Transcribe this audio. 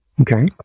Okay